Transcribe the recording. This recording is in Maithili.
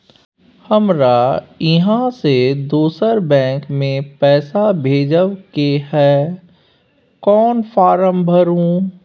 हमरा इहाँ से दोसर बैंक में पैसा भेजय के है, कोन फारम भरू?